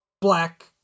black